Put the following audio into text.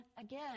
again